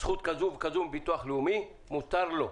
זכות כזו וכזו מהביטוח הלאומי, מותר לו.